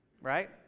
right